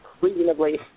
reasonably